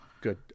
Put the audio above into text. Good